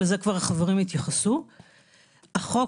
החוק,